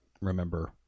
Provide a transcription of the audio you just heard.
remember